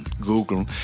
Google